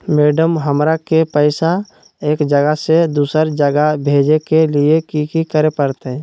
Madam, हमरा के पैसा एक जगह से दुसर जगह भेजे के लिए की की करे परते?